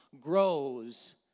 grows